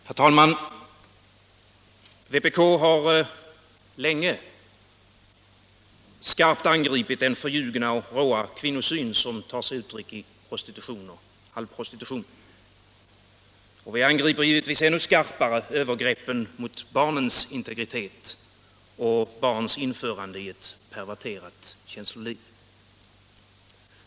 Herr talman! Vpk har länge skarpt angripit den förljugna och råa kvinnosyn som tar sig uttryck i all prostitution. Vi angriper givetvis ännu skarpare övergreppen mot barnens integritet och införandet av barn i ett perverterat känsloliv.